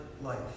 life